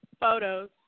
photos